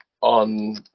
on